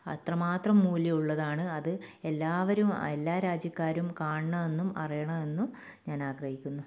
അത്രമാത്രം മൂല്യമുള്ളതാണ് അത് എല്ലാവരും എല്ലാ രാജ്യക്കാരും കാണണമെന്നും അറിയണമെന്നും ഞാൻ ആഗ്രഹിക്കുന്നു